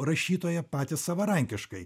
rašytoja patys savarankiškai